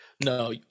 No